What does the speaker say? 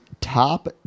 top